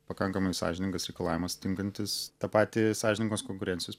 pakankamai sąžiningas reikalavimas tinkantis tą patį sąžiningos konkurencijos